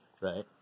Right